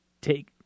take